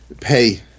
pay